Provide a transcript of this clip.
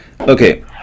okay